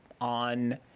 on